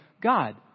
God